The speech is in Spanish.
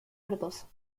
verdoso